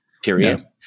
period